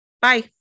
Bye